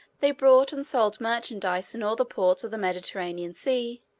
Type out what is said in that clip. they bought and sold merchandise in all the ports of the mediterranean sea,